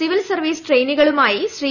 civil service ട്രെയിനികളുമായി ശ്രീ